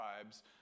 tribes